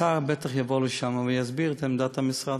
והשר בטח יבוא לשם ויסביר את עמדת המשרד.